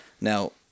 now